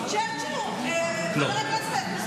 לא.